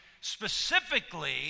specifically